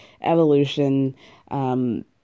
evolution